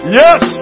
yes